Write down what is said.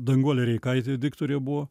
danguolė reikaitė diktorė buvo